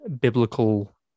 biblical